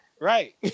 Right